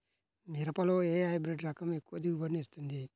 మిరపలో ఏ హైబ్రిడ్ రకం ఎక్కువ దిగుబడిని ఇస్తుంది?